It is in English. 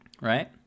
right